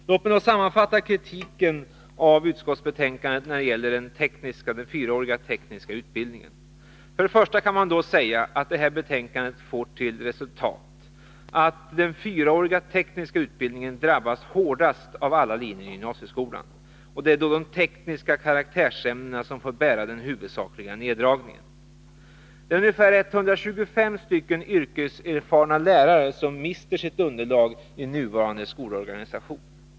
Låt mig sammanfatta kritiken av utskottsbetänkandet när det gäller den fyraåriga tekniska utbildningen. Först och främst kan man säga att det här betänkandet får till resultat att den fyraåriga tekniska utbildningen drabbas hårdast av alla linjer i gymnasieskolan, och det är de tekniska karaktärsämnena som får bära den huvudsakliga neddragningen. Ungefär 125 yrkeserfarna lärare mister sitt sitt underlag i nuvarande skolorganisation.